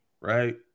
right